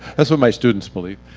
that's what my students believe.